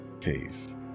Peace